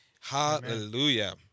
Hallelujah